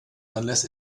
unless